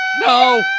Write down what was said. No